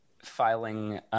filing